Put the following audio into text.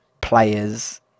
players